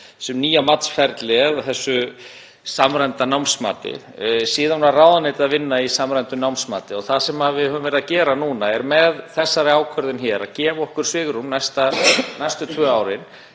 þessu nýja matsferli eða samræmda námsmati og síðan var ráðuneytið að vinna í samræmdu námsmati. Það sem við höfum verið að gera núna með þessari ákvörðun er að gefa okkur svigrúm næstu tvö árin